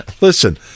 Listen